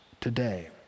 today